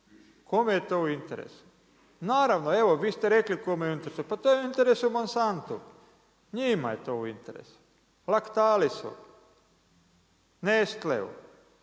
Kome je to u interesu? Naravno, evo vi ste reli kome je to u interesu, pa to je u interesu Monsantu, njima je to u interesu, Lactalisu, Nestleu,